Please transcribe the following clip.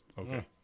Okay